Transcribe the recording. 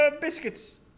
Biscuits